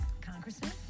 congressman